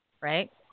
right